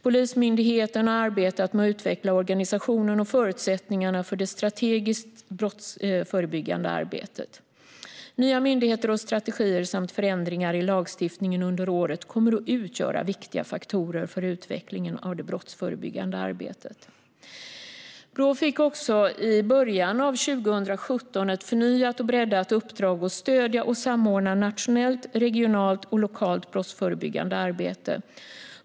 Polismyndigheten har arbetat med att utveckla organisationen och förutsättningarna för det strategiska brottsförebyggande arbetet. Nya myndigheter och strategier samt förändringar i lagstiftningen under året kommer att utgöra viktiga faktorer för utvecklingen av det brottsförebyggande arbetet. Brå fick också i början av 2017 ett förnyat och breddat uppdrag att stödja och samordna nationellt, regionalt och lokalt brottsförebyggande arbete.